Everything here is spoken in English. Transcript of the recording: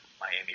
Miami